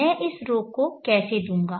मैं इस ρ को कैसे दूंगा